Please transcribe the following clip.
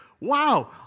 wow